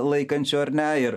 laikančių ar ne ir